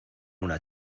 una